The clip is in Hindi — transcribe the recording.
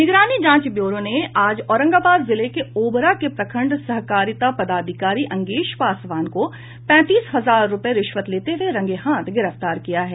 निगरानी जांच ब्यूरो ने आज औरंगाबाद जिले के ओबरा के प्रखंड सहकारिता पदाधिकारी अंगेश पासवान को पैंतीस हजार रूपये रिश्वत लेते हुए रंगे हाथ गिरफ्तार किया है